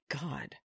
God